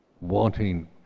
wanting